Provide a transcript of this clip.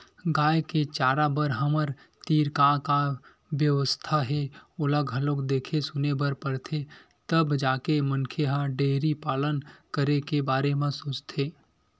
गाय के चारा बर हमर तीर का का बेवस्था हे ओला घलोक देखे सुने बर परथे तब जाके मनखे ह डेयरी पालन करे के बारे म सोचथे